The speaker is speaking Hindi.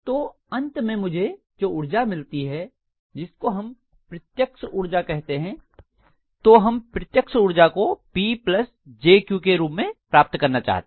तो अंत में मुझे जो ऊर्जा मिलती है जिसको हम प्रत्यक्ष ऊर्जा कहते हैं तो हम प्रत्यक्ष ऊर्जा को P jQ के रूप प्राप्त करना चाहते हैं